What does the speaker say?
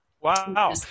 Wow